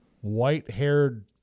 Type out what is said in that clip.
white-haired